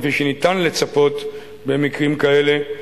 כפי שניתן לצפות במקרים כאלה,